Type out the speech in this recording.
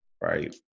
right